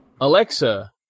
Alexa